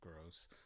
gross